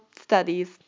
studies